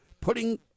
putting